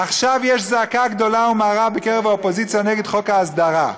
עכשיו יש זעקה גדולה ומרה בקרב האופוזיציה נגד חוק ההסדרה,